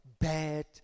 bad